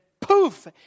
poof